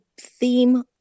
theme